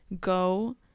go